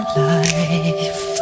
life